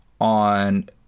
on